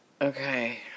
Okay